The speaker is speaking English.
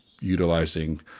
utilizing